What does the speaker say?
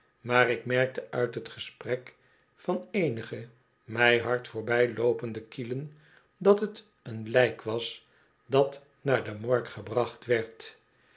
maar ik merkte uit t gesprek van eenige mij hard voorbijloopende kielen dat t een lijk was dat naar de morgue gebracht werd